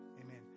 Amen